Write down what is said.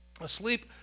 asleep